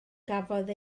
gafodd